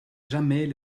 jamais